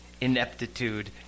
ineptitude